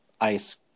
ice